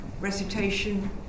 recitation